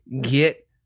get